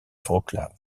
wrocław